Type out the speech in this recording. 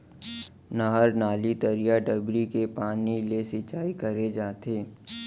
नहर, नाली, तरिया, डबरी के पानी ले सिंचाई करे जाथे